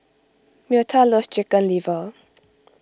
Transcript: Myrta loves Chicken Liver